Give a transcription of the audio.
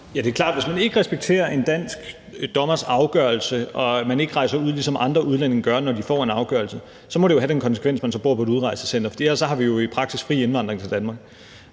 Ja, det er klart. Hvis man ikke respekterer en dansk dommers afgørelse og man ikke rejser ud, ligesom andre udlændige gør, når de får en afgørelse, så må det jo have den konsekvens, at man så bor på et udrejsecenter, for ellers har vi jo i praksis fri indvandring til Danmark.